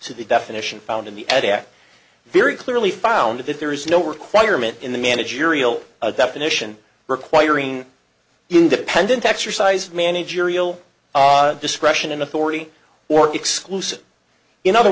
to the definition found in the ad act very clearly found that there is no requirement in the managerial definition requiring independent exercise of managerial discretion and authority or exclusive in other